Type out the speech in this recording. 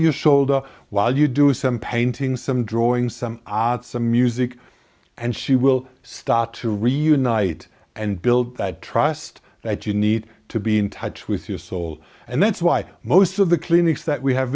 your shoulder while you do some painting some drawing some odd some music and she will start to reunite and build that trust that you need to be in touch with your soul and that's why most of the clinics that we have